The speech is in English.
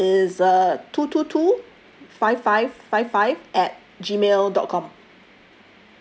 email is uh two two two five five five five at Gmail dot com